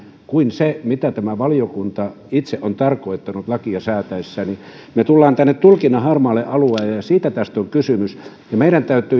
kuin se mitä tämä valiokunta itse on tarkoittanut lakia säätäessään me tulemme tänne tulkinnan harmaalle alueelle ja siitä tässä on kysymys meidän täytyy